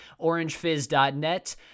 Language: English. orangefizz.net